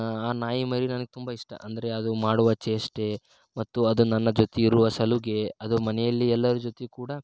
ಆ ನಾಯಿ ಮರಿ ನನಗೆ ತುಂಬ ಇಷ್ಟ ಅಂದರೆ ಅದು ಮಾಡುವ ಚೇಷ್ಟೆ ಮತ್ತು ಅದು ನನ್ನ ಜೊತೆ ಇರುವ ಸಲುಗೆ ಅದು ಮನೆಯಲ್ಲಿ ಎಲ್ಲರ ಜೊತೆಗ್ ಕೂಡ